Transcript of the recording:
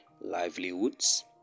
livelihoods